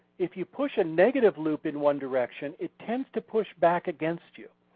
if you push a negative loop in one direction it tends to push back against you.